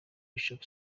bishop